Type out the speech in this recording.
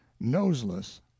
noseless